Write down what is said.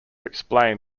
explain